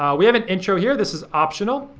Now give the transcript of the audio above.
um we have an intro here. this is optional.